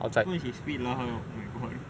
what for she spit lah oh my god